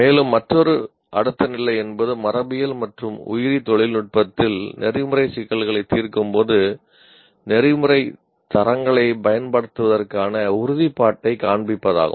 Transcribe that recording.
மேலும் மற்றொரு அடுத்த நிலை என்பது மரபியல் மற்றும் உயிரி தொழில் நுட்பத்தில் நெறிமுறை சிக்கல்களைத் தீர்க்கும்போது நெறிமுறைத் தரங்களைப் பயன்படுத்துவதற்கான உறுதிப்பாட்டைக் காண்பிப்பதாகும்